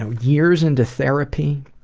and years into therapy,